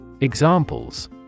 Examples